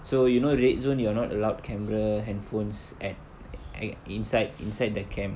so you know red zone you're not allowed camera handphones at a~ inside inside the camp